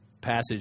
passage